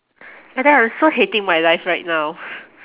I tell you I am so hating my life right now